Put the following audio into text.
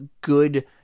good